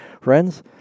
Friends